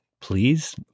Please